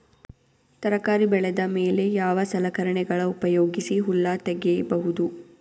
ತರಕಾರಿ ಬೆಳದ ಮೇಲೆ ಯಾವ ಸಲಕರಣೆಗಳ ಉಪಯೋಗಿಸಿ ಹುಲ್ಲ ತಗಿಬಹುದು?